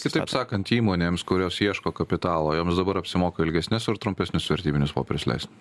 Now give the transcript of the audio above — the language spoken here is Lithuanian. kitaip sakant įmonėms kurios ieško kapitalo joms dabar apsimoka ilgesnius ar trumpesnius vertybinius popierius leist